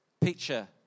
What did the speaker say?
picture